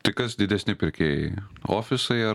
tai kas didesni pirkėjai ofisai ar